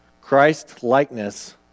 Christ-likeness